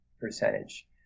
percentage